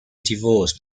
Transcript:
divorced